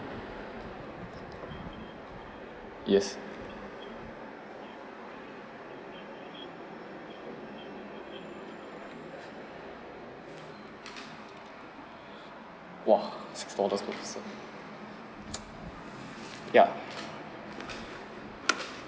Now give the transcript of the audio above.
yes !wah! six dollars per person ya